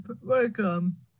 Welcome